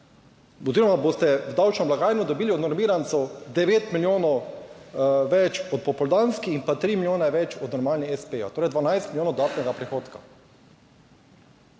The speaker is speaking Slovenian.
boste v davčno blagajno dobili od normirancev 9 milijonov več od popoldanskih in pa 3 milijone več od normalnih espejev, Torej 12 milijonov dodatnega prihodka.